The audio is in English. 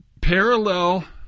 parallel